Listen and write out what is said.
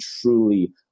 truly